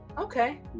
Okay